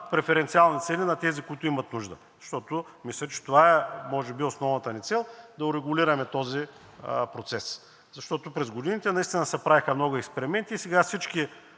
преференциални цени на тези, които имат нужда? Мисля, че това е може би основната ни цел – да урегулираме този процес, защото през годините наистина се правеха много експерименти и сега всички